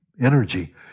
energy